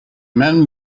men